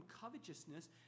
covetousness